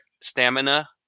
stamina